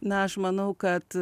na aš manau kad